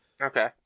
Okay